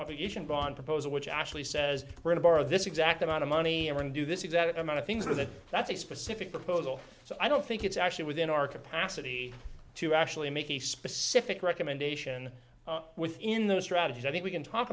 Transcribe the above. in bond proposal which actually says we're in a bar at this exact amount of money and when do this if that amount of things that that's a specific proposal so i don't think it's actually within our capacity to actually make a specific recommendation within those strategies i think we can talk